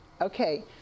Okay